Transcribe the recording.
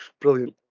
Brilliant